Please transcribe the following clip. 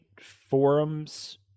forums